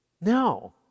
No